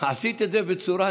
עשית את זה בצורה,